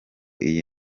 iyi